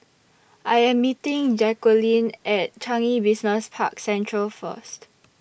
I Am meeting Jacquelin At Changi Business Park Central First